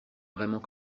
vraiment